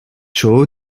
çoğu